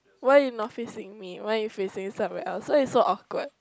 why you not facing me why you facing somewhere else why you so awkward